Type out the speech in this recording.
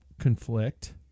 conflict